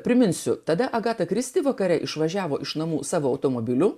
priminsiu tada agata kristi vakare išvažiavo iš namų savo automobiliu